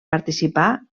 participar